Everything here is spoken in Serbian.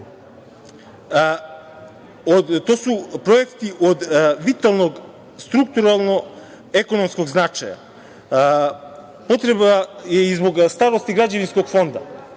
to su projekti od vitalno strukturalno ekonomskog značaja. Potreba zbog stalnosti građevinskog fonda.